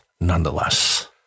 nonetheless